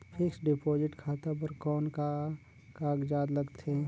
Fixed deposit खाता बर कौन का कागजात लगथे?